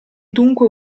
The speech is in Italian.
dunque